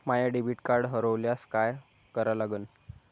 माय debit card हरोल्यास काय करा लागन?